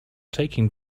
taking